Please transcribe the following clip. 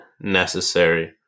necessary